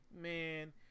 Man